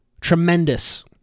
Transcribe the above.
tremendous